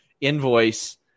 invoice